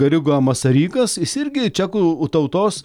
garigo masarikas jis irgi čekų tautos